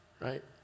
right